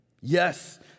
Yes